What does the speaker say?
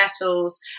metals